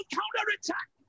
counterattack